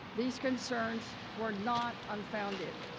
these concerns were not unfounded.